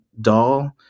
doll